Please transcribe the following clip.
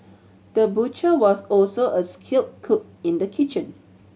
the butcher was also a skilled cook in the kitchen